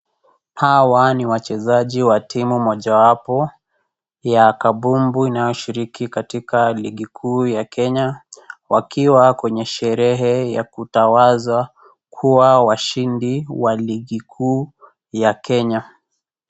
Hawa ni wachezaji wa timu mojawapo ya Kabumbu inaoshiriki katika ligi kuu ya Kenya wakiwa kwenye sherehe ya kutawaza kuwa washindi wa ligi kuu ya Kenya